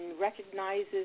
recognizes